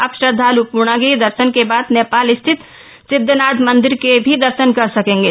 अब श्रद्धाल् पूर्णागिरि दर्शन के बाद नेपाल स्थित सिद्ध नाथ मंदिर के भी दर्शन कर सकेंगे